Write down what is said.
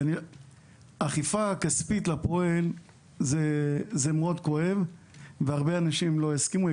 אכיפה כספית לפועל זה כואב מאוד והרבה אנשים לא יסכימו לזה,